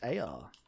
AR